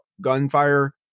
gunfire